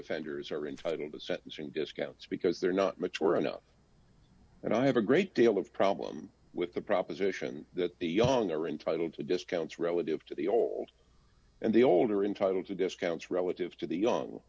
offenders are in fighting the sentencing discounts because they're not mature enough and i have a great deal of problem with the proposition that the young are entitled to discounts relative to the old and the older entitle to discounts relative to the you